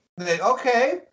Okay